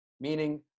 meaning